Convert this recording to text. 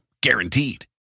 Guaranteed